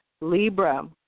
Libra